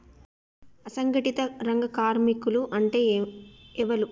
అసంఘటిత రంగ కార్మికులు అంటే ఎవలూ?